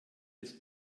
des